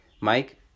Mike